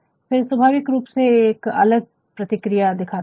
फिर स्वाभाविक रूप से एक अलग प्रतिक्रिया दिखाते है